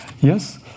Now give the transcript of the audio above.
Yes